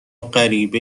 غریبه